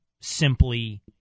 simply